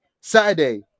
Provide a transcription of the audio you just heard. Saturday